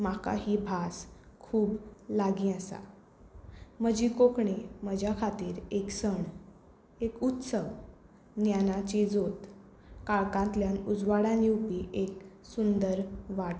म्हाका ही भास खूब लागीं आसा म्हजी कोंकणी म्हज्या खातीर एक सण एक उत्सव ज्ञानाची जोत काळखांतल्यान उजवाडाक येवपी एक सुंदर वाट